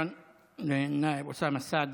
מזל